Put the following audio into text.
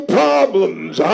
problems